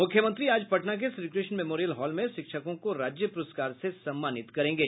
मुख्यमंत्री आज पटना के श्रीकृष्ण मेमोरियल हॉल में शिक्षकों को राज्य पुरस्कार से सम्मानित करेंगे